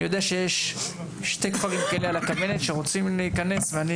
אני יודע שיש שני כפרים כאלה על הכוונת שרוצים להכנס ואני